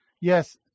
Yes